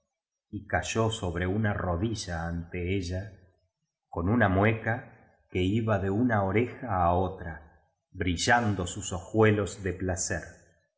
y cayó sobre una rodilla ante ella con una mueca que iba de una oreja á otra brillando sus ojuelos de placer